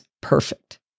perfect